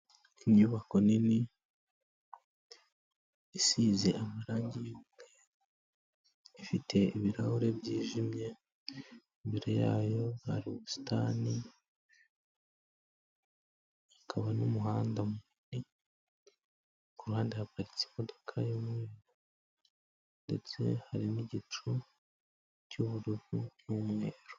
Inyubako nini isize amarangi y'umweru, ifite ibirahure byijimye, imbere yayo hari ubusitani, hakaba n'umuhanda munini, ku ruhande haparitse imodoka y'umweru, ndetse hari n'igicu cy'ubururu n'umweru.